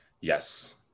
Yes